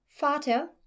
Vater